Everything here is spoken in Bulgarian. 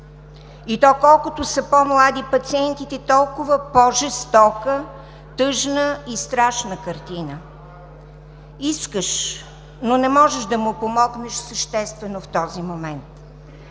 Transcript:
И колкото са по-млади пациентите, то толкова по-жестока, тъжна и страшна е картината. Искаш, но не можеш да му помогнеш съществено в този момент.